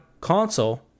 Console